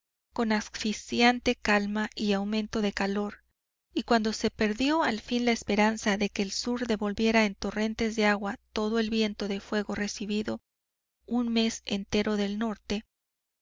con asfixiante calma y aumento de calor y cuando se perdió al fin la esperanza de que el sur devolviera en torrentes de agua todo el viento de fuego recibido un mes entero del norte